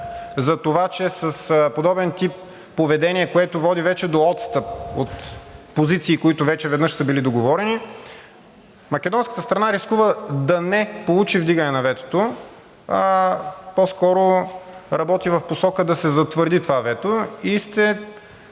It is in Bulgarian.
за това, че с подобен тип поведение, което води до отстъп от позиции, които веднъж са били договорени, македонската страна рискува да не получи вдигане на ветото, а по-скоро работи в посока да се затвърди това вето.